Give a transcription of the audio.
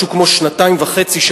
משהו כמו שנתיים וחצי,